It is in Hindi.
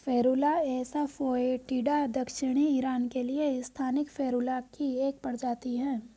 फेरुला एसा फोएटिडा दक्षिणी ईरान के लिए स्थानिक फेरुला की एक प्रजाति है